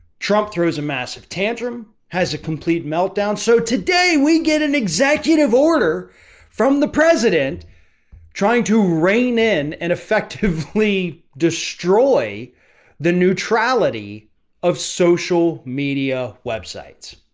trump throws a massive tantrum, has a complete meltdown. so today we get an executive order from the president trying to reign in and effectively destroy the neutrality of social media websites.